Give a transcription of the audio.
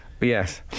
Yes